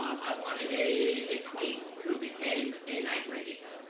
i wanted a a tween who became a knight radiant.